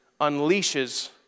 unleashes